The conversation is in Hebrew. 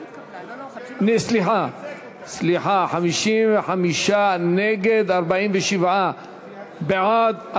סליחה, 55 נגד, 47 בעד.